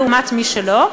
לעומת מי שלא.